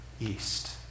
east